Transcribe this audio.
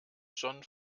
schon